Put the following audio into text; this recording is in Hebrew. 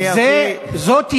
בדיוק, זאת יעילות.